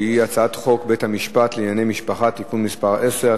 שהיא הצעת חוק בית-המשפט לענייני משפחה (תיקון מס' 10),